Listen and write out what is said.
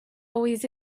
always